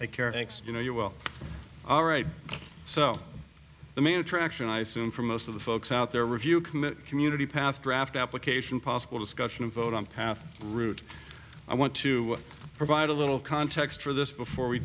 care you know you well all right so the main attraction i assume for most of the folks out there review committee community path draft application possible discussion of vote on path route i want to provide a little context for this before we